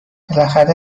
بالاخره